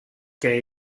que